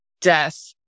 death